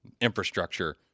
infrastructure